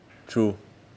true